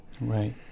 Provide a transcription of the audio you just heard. right